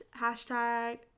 Hashtag